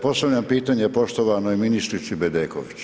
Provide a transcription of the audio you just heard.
Postavljam pitanje poštovanoj ministrici Bedeković.